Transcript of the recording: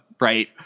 right